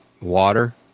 Water